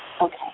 Okay